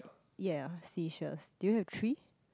ya seashells do you have three